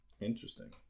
Interesting